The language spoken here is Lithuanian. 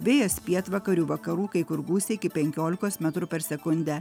vėjas pietvakarių vakarų kai kur gūsiai iki penkiolikos metrų per sekundę